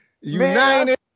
United